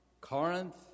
Corinth